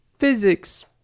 physics